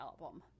album